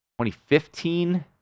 2015